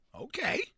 Okay